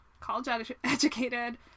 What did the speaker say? college-educated